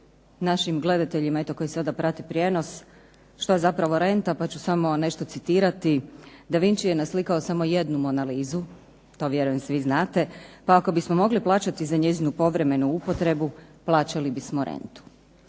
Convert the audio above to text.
našim gledateljima eto koji sada prate prijenos, šta je zapravo renta, pa ću samo nešto citirati. Da Vinchi je naslikao samo jednu Mona Lisu, to vjerujem svi znate, pa ako bismo mogli plaćati za njezinu povremenu upotrebu, plaćali bismo rentu.